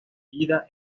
ida